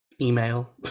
Email